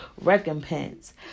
recompense